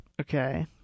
Okay